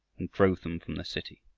and drove them from the city.